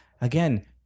again